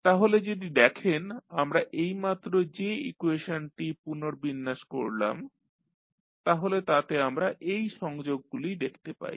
তাহলে যদি দেখেন আমরা এইমাত্র যে ইকুয়েশনটি পুনর্বিন্যাস করলাম তাহলে তাতে আমরা এই সংযোগগুলি দেখতে পাই